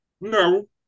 No